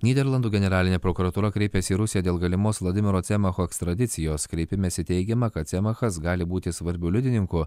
nyderlandų generalinė prokuratūra kreipėsi į rusiją dėl galimos vladimiro cemacho ekstradicijos kreipimesi teigiama kad cemachas gali būti svarbiu liudininku